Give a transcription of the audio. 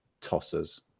tossers